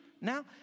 now